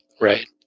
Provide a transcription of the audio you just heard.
Right